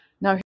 now